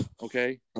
Okay